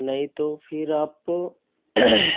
नहीं तो फिर आप